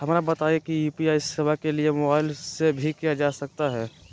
हमरा के बताइए यू.पी.आई सेवा के लिए मोबाइल से भी किया जा सकता है?